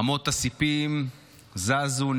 אמות הסיפים זזו,